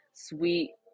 sweet